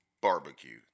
Barbecue